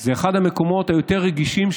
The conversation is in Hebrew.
זה אחד המקומות היותר-רגישים,